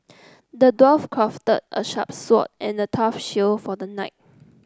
the dwarf crafted a sharp sword and a tough shield for the knight